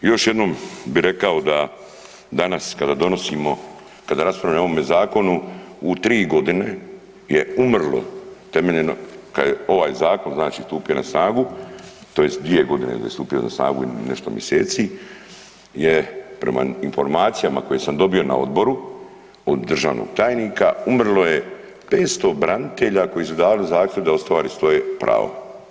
Još jednom bi rekao da danas kada donosimo, kada raspravljamo o ovome zakonu u 3 godine je umrlo temeljem, kad je ovaj zakon znači stupio na snagu tj. 2 godine kad je stupio na snagu i nešto mjeseci je prema informacijama koje sam dobio na odboru od državnog tajnika umrlo je 500 branitelja koji su dali zahtjev da ostvare svoje pravo.